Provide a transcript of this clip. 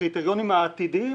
הקריטריונים העתידיים